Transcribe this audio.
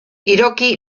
hiroki